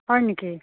হয় নেকি